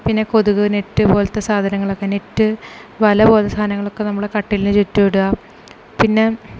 പിന്നെ കൊതുക് നെറ്റ് പോലത്തെ സാധനങ്ങളൊക്കെ നെറ്റ് വല പോലത്തെ സാധനങ്ങളൊക്കെ നമ്മളെ കട്ടിലിന് ചുറ്റും ഇടുക പിന്നെ